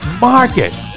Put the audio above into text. market